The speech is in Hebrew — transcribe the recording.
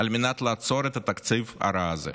על מנת לעצור את התקציב הרע הזה.